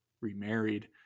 remarried